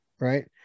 Right